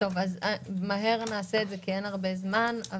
כי אין הרבה זמן.